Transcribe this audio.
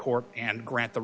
court and grant the